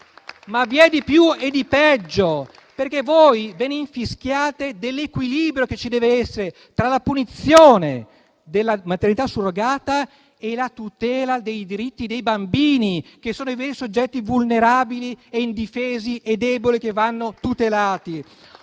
Ma vi è di più e di peggio, perché voi ve ne infischiate dell'equilibrio che ci deve essere tra la punizione della maternità surrogata e la tutela dei diritti dei bambini, che sono i veri soggetti vulnerabili, indifesi e deboli, che vanno tutelati.